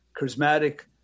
charismatic